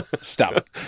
Stop